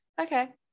okay